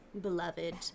beloved